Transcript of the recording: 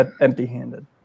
empty-handed